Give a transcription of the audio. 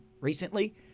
recently